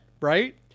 Right